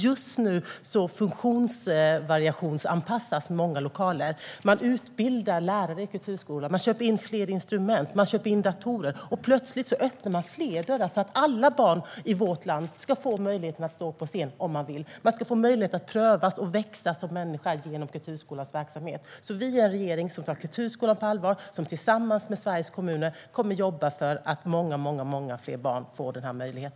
Just nu funktionsvariationsanpassas många lokaler. Man utbildar lärare i kulturskolan. Man köper in fler instrument. Man köper in datorer. Plötsligt öppnar man fler dörrar för att alla barn i vårt land ska få möjlighet att stå på scen om de vill. De ska få möjlighet att pröva och växa som människa genom kulturskolans verksamhet. Vi är en regering som tar kulturskolan på allvar och som tillsammans med Sveriges kommuner kommer att jobba för att många fler barn ska få denna möjlighet.